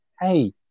Hey